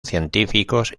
científicos